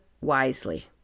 wisely